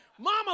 Mama